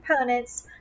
components